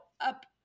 up